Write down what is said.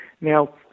Now